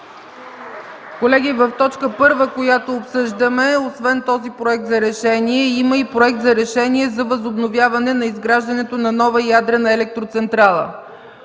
Колеги, в т. 1, която обсъждаме, освен този проект за решение има и Проект за решение за възобновяване изграждането на нова ядрена електроцентрала.